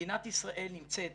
מדינת ישראל נמצאת